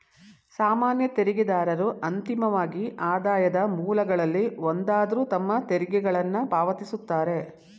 ಸಾಮಾನ್ಯ ತೆರಿಗೆದಾರರು ಅಂತಿಮವಾಗಿ ಆದಾಯದ ಮೂಲಗಳಲ್ಲಿ ಒಂದಾದ್ರು ತಮ್ಮ ತೆರಿಗೆಗಳನ್ನ ಪಾವತಿಸುತ್ತಾರೆ